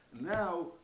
now